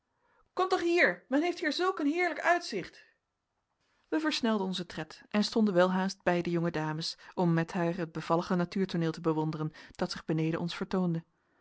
komt toch hier men heeft hier zulk een heerlijk uitzicht wij versnelden onzen tred en stonden welhaast bij de jonge dames om met haar het bevallige natuurtooneel te bewonderen dat zich beneden ons vertoonde